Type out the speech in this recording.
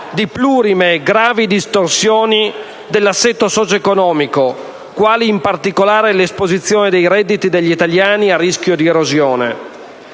di plurime, gravi distorsioni dell'assetto socioeconomico quali, in particolare, l'esposizione dei redditi degli italiani a rischio di erosione;